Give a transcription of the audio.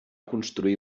construir